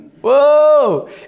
Whoa